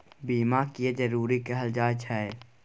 बीमा किये जरूरी कहल जाय छै?